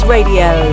radio